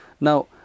Now